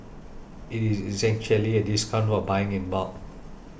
it is essentially a discount for buying in bulk